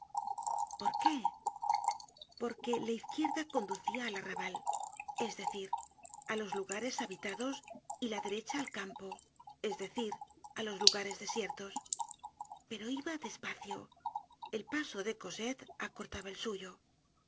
derecha por qué porque la izquierda conducia al arrabal es decir á los lugares habitados y la derecha al campo es decir á los lugares desiertos pero iba despacio el paso de cosette acortaba el suyo